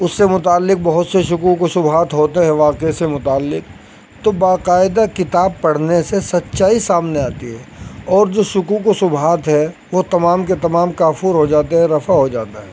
اس سے متعلق بہت سے شکوک و شبہات ہوتے ہیں واقعہ سے متعلق تو باقاعدہ کتاب پڑھنے سے سچائی سامنے آتی ہے اور جو شکوک و شبہات ہے وہ تمام کے تمام کافور ہو جاتے ہیں رفع ہو جاتے ہے